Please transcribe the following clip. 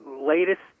latest